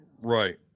Right